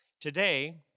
Today